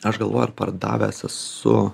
aš galvojau ar pardavęs esu